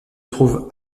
trouve